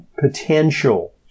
potential